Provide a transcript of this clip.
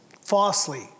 falsely